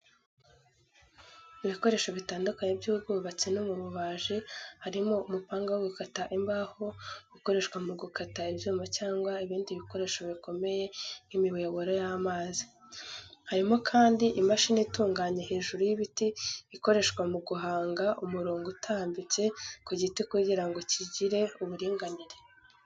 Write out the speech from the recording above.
Ibikoresho bitandukanye by’ubwubatsi no mu bubaji harimo umupanga wo gukata imbaho ukoreshwa mu gukata ibyuma cyangwa ibindi bikoresho bikomeye nk’imiyoboro y’amazi. Harimo kandi imashini itunganya hejuru y'ibiti ikoreshwa mu guhanga umurongo udatambitse (surface) ku giti kugira ngo kigire uburinganire.